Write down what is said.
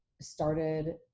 started